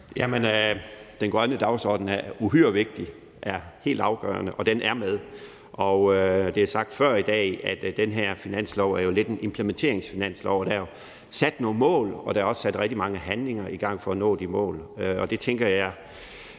(M): Den grønne dagsorden er uhyre vigtig og helt afgørende, og den er med. Det er sagt før i dag, at den her finanslov lidt er en implementeringsfinanslov, hvor der er sat nogle mål, og hvor der også er sat rigtig mange handlinger i gang for at nå de mål. Og der tænker jeg,